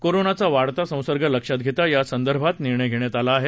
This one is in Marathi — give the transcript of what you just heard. कोरोनाचा वाढता संसर्ग लक्षात घेता यासंदर्भात निर्णय घेण्यात आला आहे